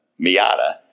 Miata